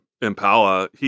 Impala